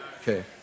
Okay